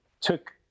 took